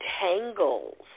tangles